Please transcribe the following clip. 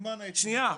מזמן הייתי מתאבד.